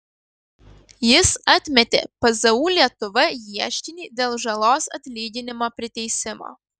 jis atmetė pzu lietuva ieškinį dėl žalos atlyginimo priteisimo